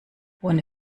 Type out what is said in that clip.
ohne